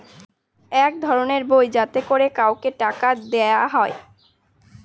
এক ধরনের বই যাতে করে কাউকে টাকা দেয়া হয়